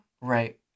Right